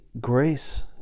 grace